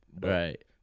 right